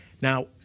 Now